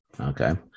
okay